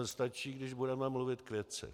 Stačí, když budeme mluvit k věci.